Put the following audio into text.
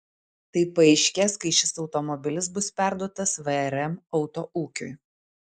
tai paaiškės kai šis automobilis bus perduotas vrm autoūkiui